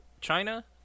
China